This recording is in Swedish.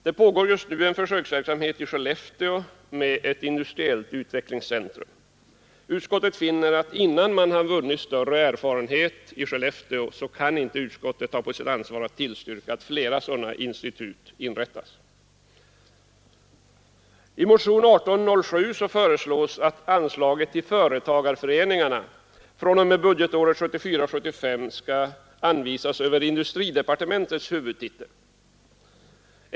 Det pågår just nu en försöksverksamhet i Skellefteå med ett industriellt utvecklingscentrum. Vi finner att utskottet inte innan man vunnit större erfarenhet i Skellefteå kan ta på sitt ansvar att tillstyrka att flera sådana institut inrättas. I motion 1807 föreslås att anslaget till företagarföreningarna fr.o.m. budgetåret 1974/75 skall anvisas över industridepartementets huvudtitel.